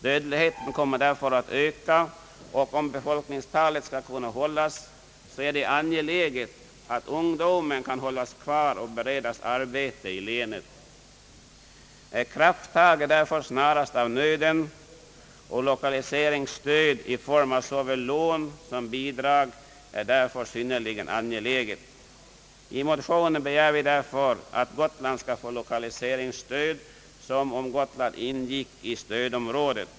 Dödligheten kommer därför att öka, och om befolkningstalet skall kunna hållas är det angeläget att ungdomen kan stanna kvar och beredas arbete i länet. Krafttag är snarast av nöden, och lokaliseringsstöd i form av såväl lån som bidrag är därför synnerligen angeläget. I motionen begär vi att Gotland skall få lokaliseringsstöd som om Gotland ingick i stödområdet.